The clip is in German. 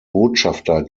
botschafter